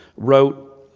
wrote,